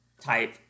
type